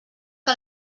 que